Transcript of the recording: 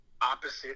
opposite